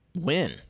win